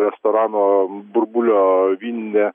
restorano burbulio vyninė